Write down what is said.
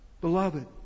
Beloved